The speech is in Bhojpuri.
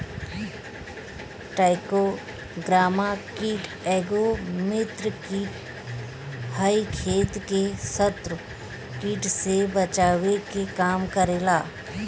टाईक्रोग्रामा कीट एगो मित्र कीट ह इ खेत के शत्रु कीट से बचावे के काम करेला